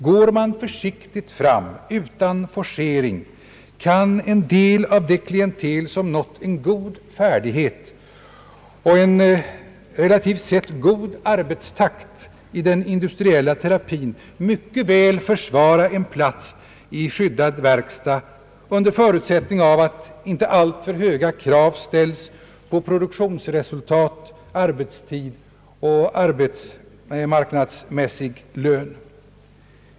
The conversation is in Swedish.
Går man försiktigt fram utan forcering kan en del av det klientel som nått en god färdighet och en relativt sett god arbetstakt i den industriella terapin mycket väl försvara en plats i skyddad verkstad under förutsättning av att inte alltför höga krav ställs på produktionsresultat, arbetstid och arbetsmarknadsmässig lön.